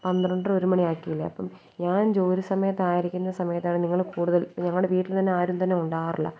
പന്ത്രണ്ടര ഒരു മണിയാക്കിയില്ലേ അപ്പോള് ഞാൻ ജോലി സമയത്തായിരിക്കുന്ന സമയത്താണ് നിങ്ങള് കൂടുതൽ ഞങ്ങളുടെ വീട്ടിൽ തന്നെ ആരും തന്നെ ഉണ്ടാകാറില്ല